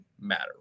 matter